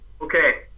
Okay